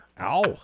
Ow